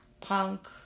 punk